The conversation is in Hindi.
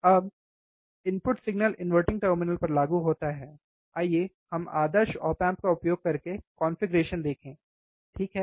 अब इनपुट सिग्नल इनवर्टिंग टर्मिनल पर लागू होता है आइए हम आदर्श ऑप एम्पप का उपयोग करके कॉन्फ़िगरेशन देखें ठीक है